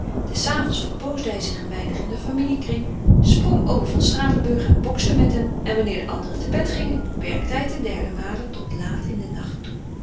des avonds verpoosde hij zich een weinig in den familiekring sprong over van stralenburg en bokste met hem en wanneer de anderen te bedde gingen werkte hij ten derde male tot laat in den nacht toe